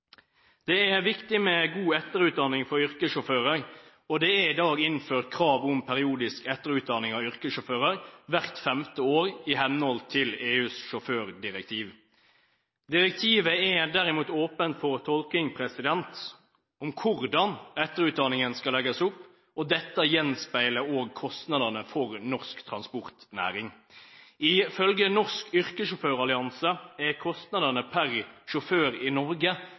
Det er viktig med god etterutdanning for yrkessjåfører. Det er i dag innført krav om periodisk etterutdanning av yrkessjåfører hvert femte år, i henhold til EUs sjåførdirektiv. Direktivet er derimot åpent for tolkning av hvordan etterutdanningen skal legges opp, og dette gjenspeiler også kostnadene for norsk transportnæring. Ifølge Norsk Yrkessjåfør Allianse er kostnadene per sjåfør i Norge